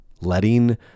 letting